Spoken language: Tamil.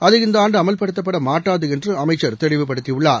அது இந்தஆண்டுஅமல்படுத்தப்படமாட்டாதுஎன்றுஅமைச்சர் தெளிவுபடுத்தியுள்ளார்